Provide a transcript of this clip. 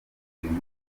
ibiryo